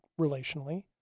relationally